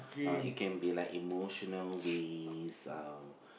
uh it can be like emotional ways uh